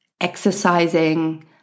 exercising